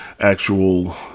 actual